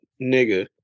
nigga